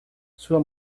sua